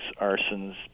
arsons